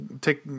Take